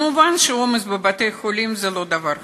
מובן שהעומס בבתי-חולים זה לא דבר חדש,